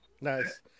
Nice